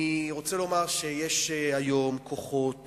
אני רוצה לומר שיש היום כוחות